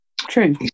True